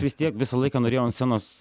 vis tiek visą laiką norėjau ant scenos